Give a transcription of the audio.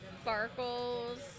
sparkles